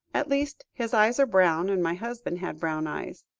at least, his eyes are brown, and my husband had brown eyes,